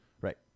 Right